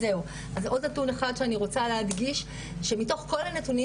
אז נתון אחד שאני רוצה להדגיש שמתוך כל הנתונים